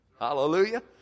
hallelujah